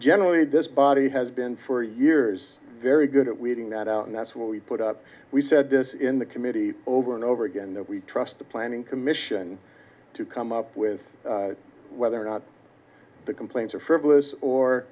generally this body has been for years very good at weeding that out and that's what we put up we said this in the committee over and over again that we trust the planning commission to come up with whether or not the complaints are frivolous or